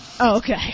okay